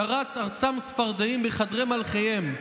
שרץ ארצם צפרדעים בחדרי מלכיהם.